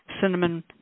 cinnamon